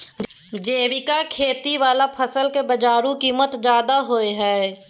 जैविक खेती वाला फसल के बाजारू कीमत ज्यादा होय हय